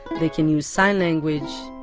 they can use sign language,